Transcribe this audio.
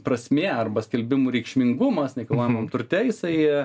prasmė arba skelbimų reikšmingumas nekilnojamam turte jisai